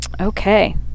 Okay